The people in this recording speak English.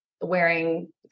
wearing